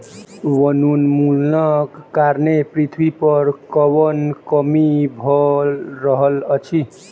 वनोन्मूलनक कारणें पृथ्वी पर वनक कमी भअ रहल अछि